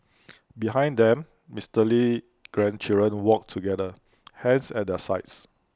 behind them Mister Lee's grandchildren walked together hands at their sides